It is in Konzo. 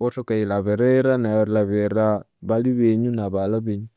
iwathoka eriyilabirira, nerilabirira bali benyu nabaghalha benyu.